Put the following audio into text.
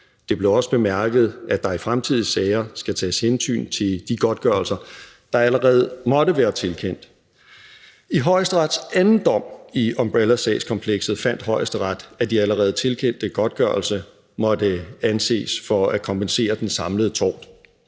Det blev også bemærket, at der i fremtidige sager skal tages hensyn til de godtgørelser, der allerede måtte være tilkendt. I Højesterets anden dom i umbrellasagskomplekset fandt Højesteret, at de allerede tilkendte godtgørelser måtte anses for at kompensere for den samlede tort.